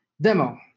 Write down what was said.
Demo